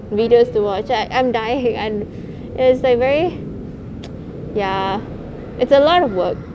videos to watch I I'm dying and ya it's like very ya it's a lot of work